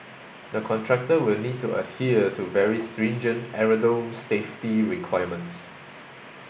the contractor will need to adhere to very stringent aerodrome safety requirements